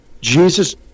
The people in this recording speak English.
Jesus